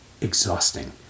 exhausting